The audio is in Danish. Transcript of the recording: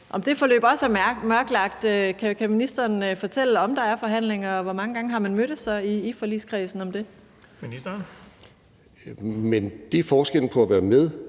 om det forløb også er mørkelagt. Kan ministeren fortælle, om der er forhandlinger, og hvor mange gange man så har mødtes i forligskredsen om det? Kl. 10:38 Den fg. formand (Erling